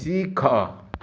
ଶିଖ